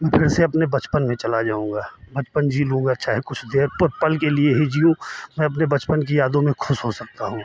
मैं फिर से अपने बचपन में चला जाऊँगा बचपन जी लूँगा चाहे कुछ देर पल के लिए ही जियूँ मैं अपने बचपन की यादों में खुश हो सकता हूँ